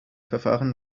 verfahren